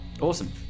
awesome